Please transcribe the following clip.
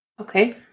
Okay